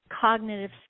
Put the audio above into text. cognitive